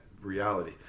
reality